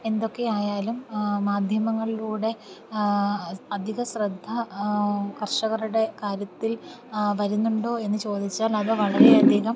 എന്തൊക്കെ ആയാലും മാധ്യമങ്ങളിലൂടെ അധിക ശ്രദ്ധ കർഷകരുടെ കാര്യത്തിൽ വരുന്നുണ്ടോ എന്നു ചോദിച്ചാൽ അവ വളരെ അധികം